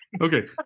okay